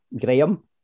Graham